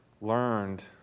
learned